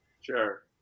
Sure